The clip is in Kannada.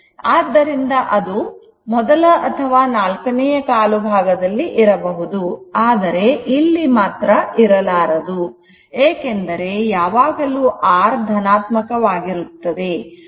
ಆದ್ದರಿಂದ ಅದು ಮೊದಲ ಅಥವಾ ನಾಲ್ಕನೆಯ ಕಾಲು ಭಾಗದಲ್ಲಿ ಇರಬಹುದು ಆದರೆ ಇಲ್ಲಿ ಮಾತ್ರ ಇರಲಾರದು ಏಕೆಂದರೆ ಯಾವಾಗಲೂ R ಧನಾತ್ಮಕ ವಾಗಿರುತ್ತದೆ